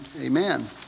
amen